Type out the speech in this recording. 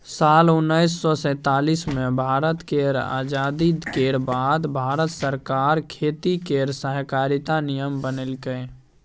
साल उन्नैस सय सैतालीस मे भारत केर आजादी केर बाद भारत सरकार खेती केर सहकारिता नियम बनेलकै